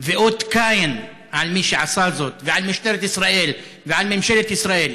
ואות קין על מי שעשה זאת ועל משטרת ישראל ועל ממשלת ישראל,